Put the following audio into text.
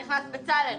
הנכנס, בצלאל.